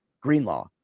Greenlaw